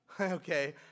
okay